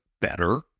better